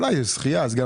אולי שחייה.